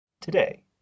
Today